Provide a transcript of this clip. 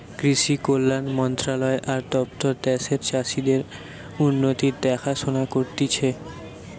কৃষি কল্যাণ মন্ত্রণালয় আর দপ্তর দ্যাশের চাষীদের উন্নতির দেখাশোনা করতিছে